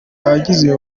abagize